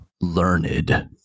Learned